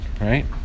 right